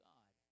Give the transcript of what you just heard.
God